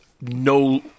no